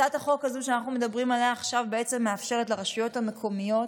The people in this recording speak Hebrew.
הצעת החוק הזו שאנחנו מדברים עליה עכשיו בעצם מאפשרת לרשויות המקומיות